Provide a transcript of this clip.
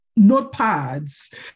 notepads